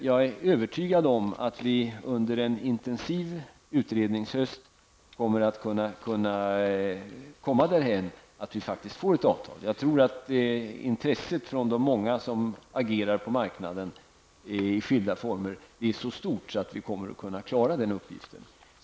Jag är övertygad om att vi under en intensiv utredningshöst kommer att kunna komma därhän att vi faktiskt får ett avtal. Jag tror att intresset från de många som agerar på marknaden i skilda former blir så stort att vi kommer att klara den uppgiften.